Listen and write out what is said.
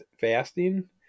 fasting